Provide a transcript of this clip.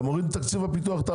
אתה מוריד את תקציב הפיתוח?